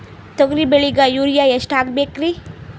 ತೊಗರಿ ಬೆಳಿಗ ಯೂರಿಯಎಷ್ಟು ಹಾಕಬೇಕರಿ?